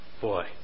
Boy